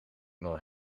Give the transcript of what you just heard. nog